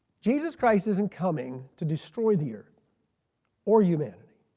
jesus christ isn't coming to destroy the earth or humanity.